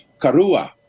Karua